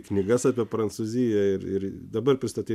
knygas apie prancūziją ir dabar pristatys